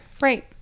Right